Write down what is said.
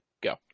go